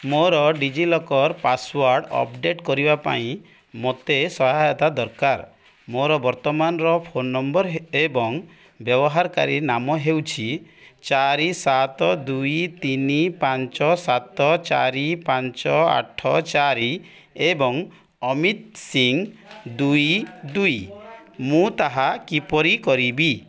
ମୋର DigiLocker password update କରିବା ପାଇଁ ମୋତେ ସହାୟତା ଦରକାର ମୋର ବର୍ତ୍ତମାନର ଫୋନ୍ ନମ୍ବର୍ ଏବଂ ବ୍ୟବହାରକାରୀ ନାମ ହେଉଛି ଚାରି ସାତ ଦୁଇ ତିନି ପାଞ୍ଚ ସାତ ଚାରି ପାଞ୍ଚ ଆଠ ଚାରି ଏବଂ ଅମିତ ସିଂ ଦୁଇ ଦୁଇ ମୁଁ ତାହା କିପରି କରିବି